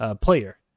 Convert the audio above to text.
player